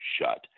shut